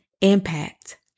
impact